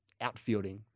outfielding